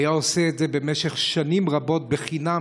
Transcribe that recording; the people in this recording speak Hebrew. הוא היה עושה את זה במשך שנים רבות בחינם,